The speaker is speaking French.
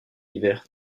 hiver